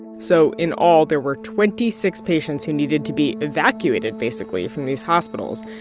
so in all, there were twenty six patients who needed to be evacuated, basically, from these hospitals.